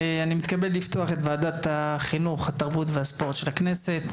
אני מתכבד לפתוח את וועדת החינוך התרבות והספורט של הכנסת.